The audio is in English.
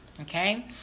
okay